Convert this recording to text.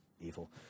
evil